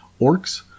Orcs